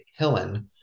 Hillen